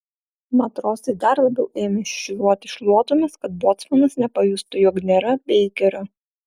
matrosai dar labiau ėmė šiūruoti šluotomis kad bocmanas nepajustų jog nėra beikerio